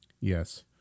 Yes